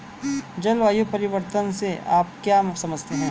जलवायु परिवर्तन से आप क्या समझते हैं?